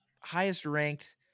highest-ranked